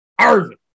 Irving